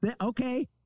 Okay